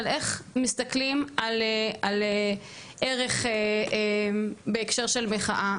של איך מסתכלים על ערך בהקשר של מחאה.